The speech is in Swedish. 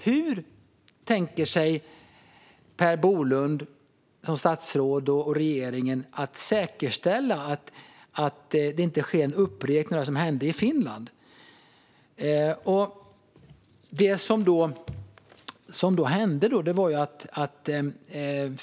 Hur tänker statsrådet Per Bolund och regeringen säkerställa att det inte blir en upprepning av det som hände i Finland?